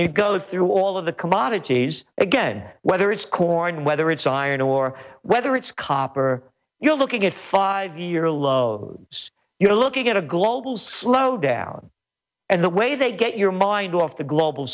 you go through all of the commodities again whether it's corn whether it's iron ore whether it's copper you're looking at five year low you're looking at a global slowdown and the way they get your mind off the global